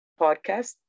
Podcast